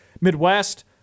Midwest